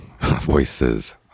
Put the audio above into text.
voices